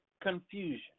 confusion